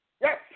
Yes